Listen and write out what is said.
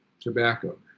tobacco